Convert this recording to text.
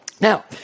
Now